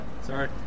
sorry